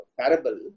parable